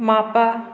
Mopa